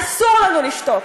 אסור לנו לשתוק.